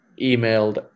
emailed